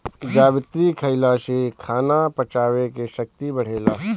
जावित्री खईला से खाना पचावे के शक्ति बढ़ेला